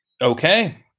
okay